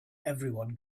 everyone